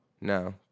No